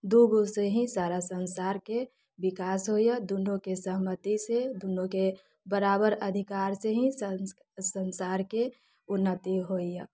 दूगो से ही सारा सन्सारके विकास होइया दुनूकेँ सहमति से दुनूके बराबर अधिकार से ही संस सन्सारके उन्नति होइया